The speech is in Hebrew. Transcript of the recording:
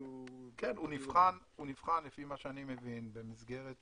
כן, לפי מה שאני מבין, הוא נבחן במסגרת